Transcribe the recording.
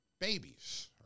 babies